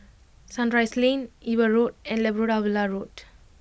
Sunrise Lane Eber Road and Labrador Villa Road